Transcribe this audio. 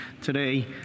Today